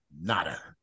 nada